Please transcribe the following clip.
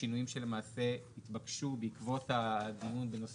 שינויים שלמעשה התבקשו בעקבות הדיון בנושא